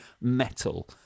metal